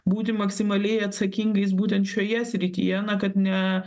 būti maksimaliai atsakingais būtent šioje srityje na kad ne